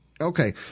okay